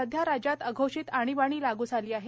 सध्या राज्यात अधोषित आणीबाणी लागू झाली आहे